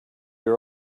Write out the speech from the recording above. are